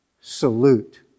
salute